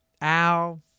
Al